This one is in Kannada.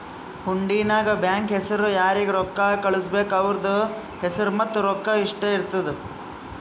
ಹುಂಡಿ ನಾಗ್ ಬ್ಯಾಂಕ್ ಹೆಸುರ್ ಯಾರಿಗ್ ರೊಕ್ಕಾ ಕಳ್ಸುಬೇಕ್ ಅವ್ರದ್ ಹೆಸುರ್ ಮತ್ತ ರೊಕ್ಕಾ ಇಷ್ಟೇ ಇರ್ತುದ್